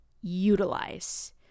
utilize